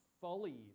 folly